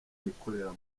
wikorera